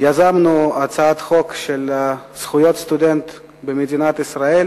יזמנו הצעת חוק של זכויות הסטודנט במדינת ישראל.